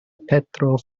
petro